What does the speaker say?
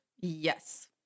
Yes